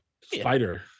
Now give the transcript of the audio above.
Spider